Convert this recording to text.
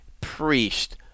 priest